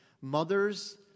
Mothers